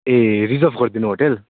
ए reserve गरिदिनु hotel